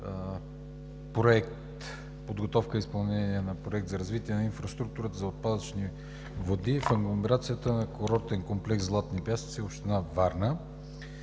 за развитие на инфраструктурата за отпадъчни води в агломерацията на курортен комплекс „Златни пясъци“.